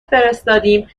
فرستادیم